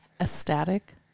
ecstatic